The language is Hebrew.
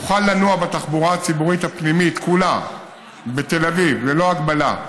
יוכל לנוע בתחבורה הציבורית הפנימית כולה בתל אביב ללא הגבלה,